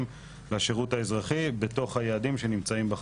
לשירות האזרחי בתוך היעדים שנמצאים בחוק.